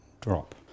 drop